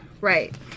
Right